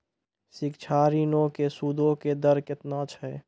शिक्षा ऋणो के सूदो के दर केतना छै?